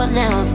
now